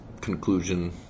conclusion